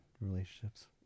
relationships